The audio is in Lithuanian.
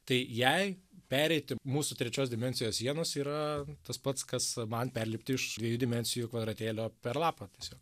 tai jei pereiti mūsų trečios dimensijos sienas yra tas pats kas man perlipti iš dviejų dimensijų kvadratėlio per lapą tiesiog